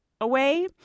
away